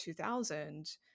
2000